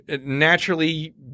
naturally